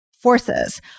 Forces